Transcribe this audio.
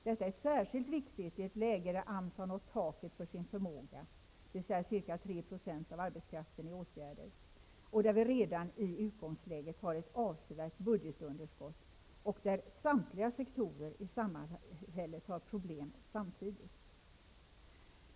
Detta är särskilt viktigt i ett läge där AMS har nått taket för sin förmåga, dvs. ca 3 % av arbetskraften i åtgärder, och där vi redan i utgångsläget har ett avsevärt budgetunderskott samt där samtliga sektorer i samhället har problem samtidigt.